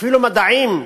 אפילו מדעים,